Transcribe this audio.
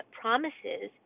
promises